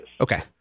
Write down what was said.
Okay